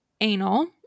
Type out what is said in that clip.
anal